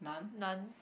none